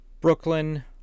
Brooklyn